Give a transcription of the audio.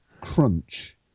crunch